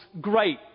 great